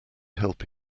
help